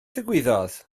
ddigwyddodd